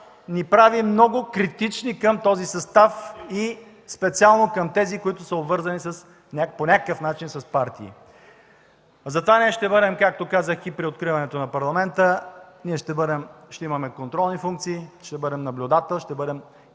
ни прави много критични към този състав и специално към тези, които са обвързани по някакъв начин с партии. Затова, както казах и при откриването на Парламента, ние ще имаме контролни функции, ще бъдем наблюдател. Ще бъдем